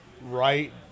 right